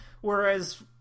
whereas